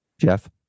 Jeff